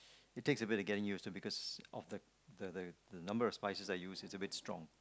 it takes a bit of getting used to because of the the the the number of spices I use it's a bit strong